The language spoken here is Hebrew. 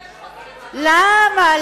למה,